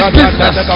business